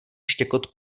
štěkot